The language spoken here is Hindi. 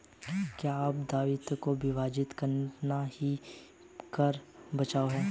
क्या कर दायित्वों को विभाजित करना ही कर बचाव है?